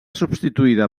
substituïda